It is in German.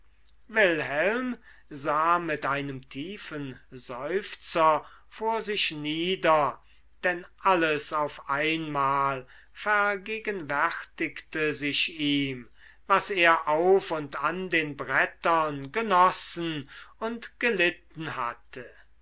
wilhelm sah mit einem tiefen seufzer vor sich nieder denn alles auf einmal vergegenwärtigte sich ihm was er auf und an den brettern genossen und gelitten hatte